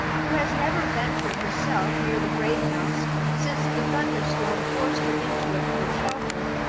who has never ventured herself near the great house since the thunder-storm forced her into it for shelter,